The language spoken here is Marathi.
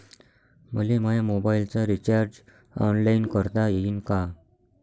मले माया मोबाईलचा रिचार्ज ऑनलाईन करता येईन का?